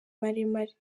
maremare